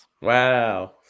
Wow